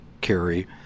carry